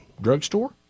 drugstore